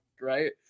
right